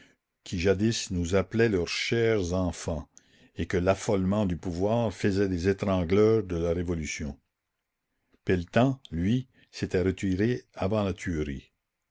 qui jadis nous appelaient leurs chers enfants et que l'affolement du pouvoir faisait des étrangleurs de la révolution pelletan lui s'était retiré avant la tuerie